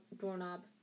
doorknob